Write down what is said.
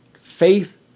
faith